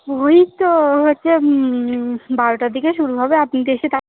ওই তো হচ্ছে বারোটার দিকে শুরু হবে আপনি একটু এসে তাড়া